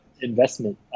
investment